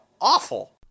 awful